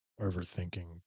overthinking